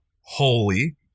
holy